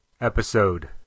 episode